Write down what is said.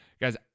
Guys